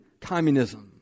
communism